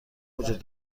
وجود